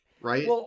Right